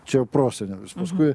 čia prosenelis paskui